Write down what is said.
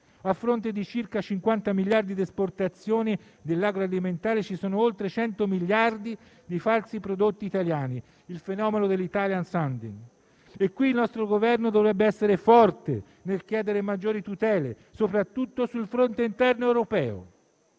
a fronte di circa 50 miliardi di esportazione dell'agroalimentare, ci sono oltre 100 miliardi di falsi prodotti italiani (il fenomeno dell'*italian sounding*). E qui il nostro Governo dovrebbe essere forte nel chiedere maggiori tutele, soprattutto sul fronte interno europeo;